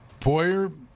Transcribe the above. Poyer